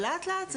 אבל לאט לאט,